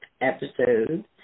episode